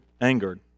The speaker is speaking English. angered